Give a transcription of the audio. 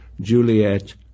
Juliet